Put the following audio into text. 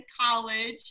college